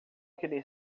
deveria